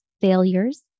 failures